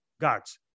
guards